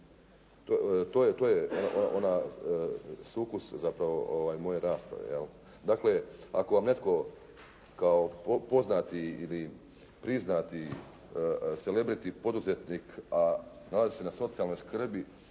To je sukus zapravo moje rasprave. Dakle, ako vam netko kao poznati ili priznati celebrity poduzetnik, a nalazi se na socijalnoj skrbi,